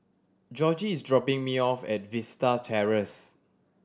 Georgie is dropping me off at Vista Terrace